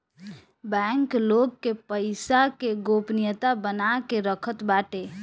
bank लोग के पईसा के गोपनीयता बना के रखत बाटे